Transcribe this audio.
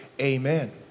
amen